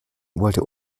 wollte